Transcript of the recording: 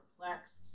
perplexed